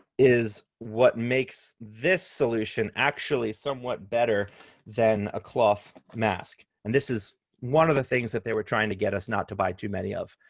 is what makes this solution actually somewhat better than a cloth mask. and this is one of the things that they were trying to get us not to buy too many of,